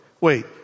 Wait